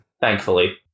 Thankfully